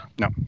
No